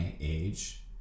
age